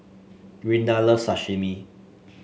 Rinda loves Sashimi